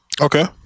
Okay